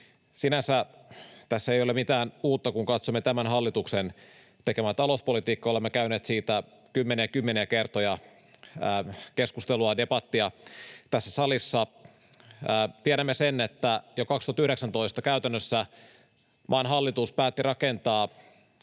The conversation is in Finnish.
sinänsä tässä ei ole mitään uutta, kun katsomme tämän hallituksen tekemää talouspolitiikkaa. Olemme käyneet siitä kymmeniä ja kymmeniä kertoja keskustelua ja debattia tässä salissa. Tiedämme sen, että käytännössä jo 2019 maan hallitus päätti rakentaa